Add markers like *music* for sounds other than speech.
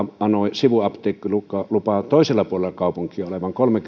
anoi sivuapteekkilupaa toisella puolella kaupunkia olevaan kolmen *unintelligible*